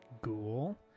ghoul